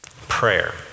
prayer